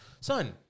son